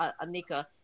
Anika